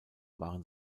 waren